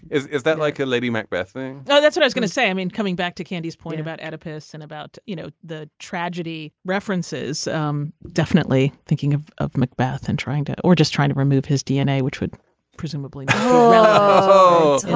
is is that like a lady macbeth thing no. that's what i was gonna say. i mean coming back to candy's point about adipose and about you know the tragedy references um definitely thinking of of macbeth and trying to. or just trying to remove his dna which would presumably be